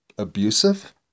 Abusive